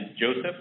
Joseph